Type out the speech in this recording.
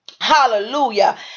Hallelujah